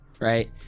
right